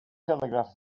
telegraph